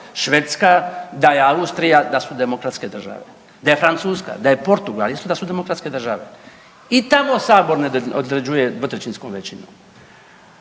Švedska, da je Austrija, da su demokratske države, da je Francuska, da je Portugal, isto da su demokratske države. I tamo sabor ne određuje dvotrećinskom većinom.